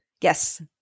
Yes